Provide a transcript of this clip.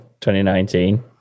2019